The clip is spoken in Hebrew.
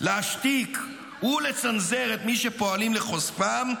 להשתיק ולצנזר את מי שפועלים לחושפם,